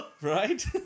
Right